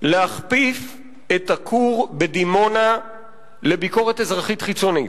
להכפיף את הכור בדימונה לביקורת אזרחית חיצונית.